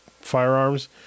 firearms